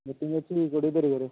meeting ଅଛି କୋଡ଼ିଏ ତାରିଖରେ